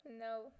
No